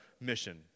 mission